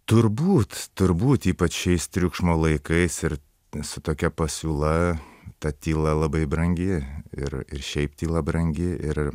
turbūt turbūt ypač šiais triukšmo laikais ir su tokia pasiūla ta tyla labai brangi ir ir šiaip tyla brangi ir